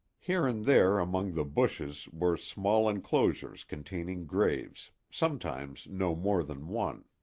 here and there among the bushes were small inclosures containing graves, sometimes no more than one.